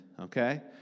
okay